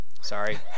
Sorry